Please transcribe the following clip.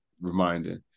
reminding